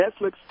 Netflix